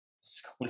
School